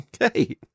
Okay